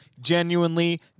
genuinely